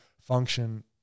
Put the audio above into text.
function